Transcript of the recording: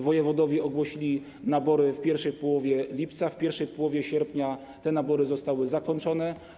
Wojewodowie ogłosili nabory w pierwszej połowie lipca, w pierwszej połowie sierpnia te nabory zostały zakończone.